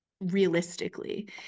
realistically